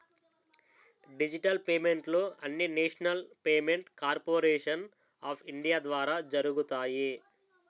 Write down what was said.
digital పేమెంట్లు అన్నీనేషనల్ payment corporation of India ద్వారా జరుగుతాయి